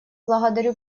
благодарю